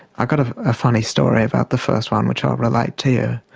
i've got a funny story about the first one which i'll relate to you.